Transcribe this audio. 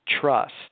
trust